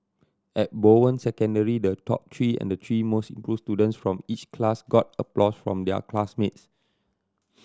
at Bowen Secondary the top three and the three most improved students from each class got applause from their classmates